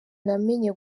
namenye